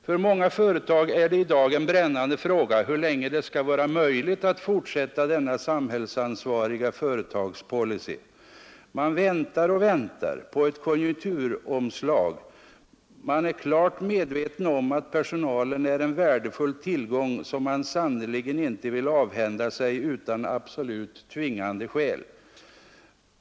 För många företag är det i dag en brännande fråga hur länge det skall vara möjligt att fortsätta denna samhällsansvariga företagspolicy. Man väntar och väntar på ett konjunkturomslag. Man är klart medveten om att personalen är en värdefull tillgång som man sannerligen inte vill avhända sig utan absolut tvingande skäl.